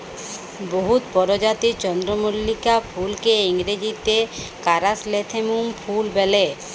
বহুত পরজাতির চল্দ্রমল্লিকা ফুলকে ইংরাজিতে কারাসলেথেমুম ফুল ব্যলে